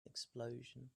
explosion